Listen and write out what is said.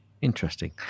interesting